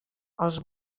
els